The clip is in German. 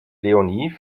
leonie